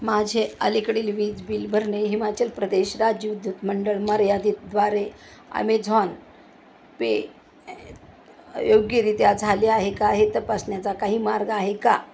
माझे अलीकडील वीज बिल भरणे हिमाचल प्रदेश राज्य विद्युत मंडळ मर्यादितद्वारे आमेझॉन पे ए ए योग्यरीत्या झाले आहे का हे तपासण्याचा काही मार्ग आहे का